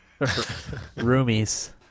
Roomies